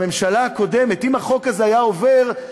בממשלה הקודמת, אם החוק הזה היה עובר,